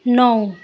नौ